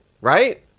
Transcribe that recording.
right